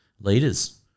leaders